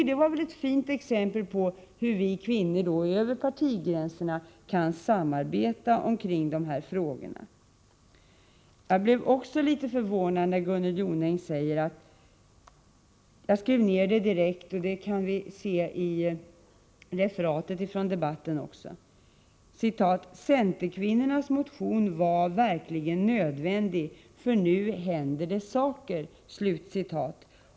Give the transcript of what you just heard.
Detta är ett fint exempel på hur vi kvinnor kan samarbeta över partigränserna omkring dessa frågor. Jag blev också litet förvånad när Gunnel Jonäng sade att centerkvinnornas motion verkligen var nödvändig, eftersom det nu händer saker.